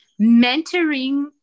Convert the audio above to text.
Mentoring